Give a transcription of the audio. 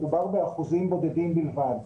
מדובר באחוזים בודדים בלבד.